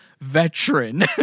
veteran